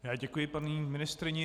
Já děkuji paní ministryni.